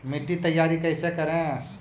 मिट्टी तैयारी कैसे करें?